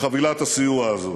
חבילת הסיוע הזאת.